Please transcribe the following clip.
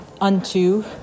unto